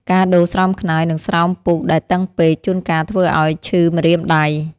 ការដូរស្រោមខ្នើយ និងស្រោមពូកដែលតឹងពេក ជួនកាលធ្វើឱ្យឈឺម្រាមដៃ។